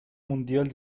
mundial